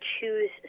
choose